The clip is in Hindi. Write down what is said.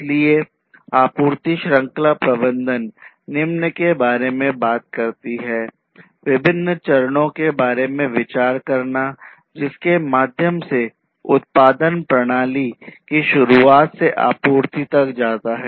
इसलिए आपूर्ति श्रृंखला प्रबंधन निम्न के बारे में बात करती है विभिन्न चरणों के बारे में विचार करना जिसके माध्यम से उत्पादन प्रणाली की शुरुआत से आपूर्ति तक जाता है